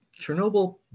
Chernobyl